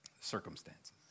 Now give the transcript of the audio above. circumstances